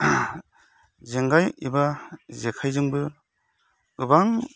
जेंगाइ एबा जेखाइजोंबो गोबां